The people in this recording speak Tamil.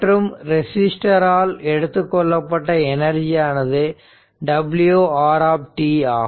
மற்றும் ரெசிஸ்டர் ஆல் எடுத்துக்கொள்ளப்பட்ட எனர்ஜியானது wR ஆகும்